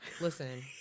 Listen